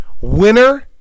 Winner